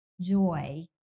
joy